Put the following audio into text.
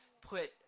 put